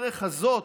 בדרך הזו,